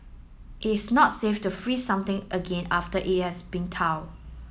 is not safe to freeze something again after it has been thaw